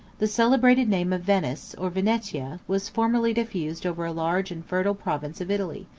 the celebrated name of venice, or venetia, was formerly diffused over a large and fertile province of italy,